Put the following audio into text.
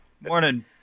Morning